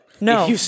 No